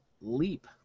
leap